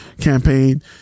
campaign